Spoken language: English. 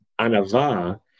Anava